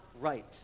right